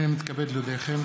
הינני מתכבד להודיעכם,